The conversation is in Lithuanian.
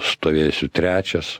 stovėsiu trečias